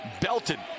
Belton